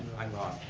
i'm wrong,